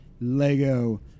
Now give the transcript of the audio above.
Lego